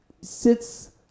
sits